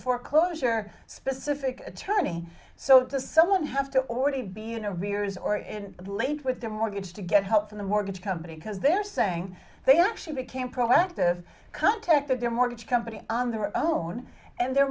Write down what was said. foreclosure specific attorney so the someone have to already be you know beers or in late with their mortgage to get help from the mortgage company because they're saying they actually became proactive contacted their mortgage company on their own and their